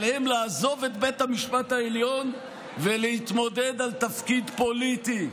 עליהם לעזוב את בית המשפט העליון ולהתמודד על תפקיד פוליטי.